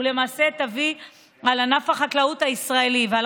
ולמעשה תביא על ענף החקלאות הישראלי ועל